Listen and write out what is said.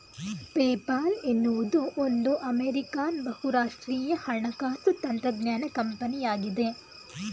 PayPal ಎನ್ನುವುದು ಒಂದು American ಬಹುರಾಷ್ಟ್ರೀಯ ಹಣಕಾಸು ತಂತ್ರಜ್ಞಾನ ಕಂಪನಿಯಾಗಿದೆ